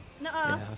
No